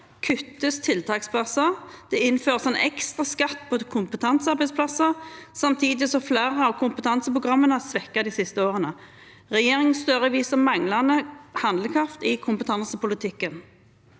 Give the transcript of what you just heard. kuttes tiltaksplasser. Det innføres en ekstraskatt på kompetansearbeidsplasser, samtidig som flere av kompetanseprogrammene er svekket de siste årene. Regjeringen Støre viser manglende handlekraft i kompetansepolitikken.